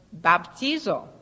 baptizo